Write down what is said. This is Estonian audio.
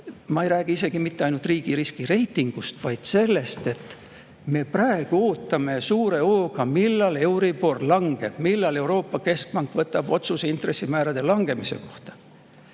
Ma ei räägi isegi mitte ainult riigi riskireitingust, vaid sellest, et me praegu ootame suure hooga, millal euribor langeb, millal Euroopa Keskpank võtab otsuse intressimäärade langetamise kohta.